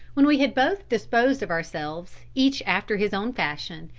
when we had both disposed of ourselves each after his own fashion,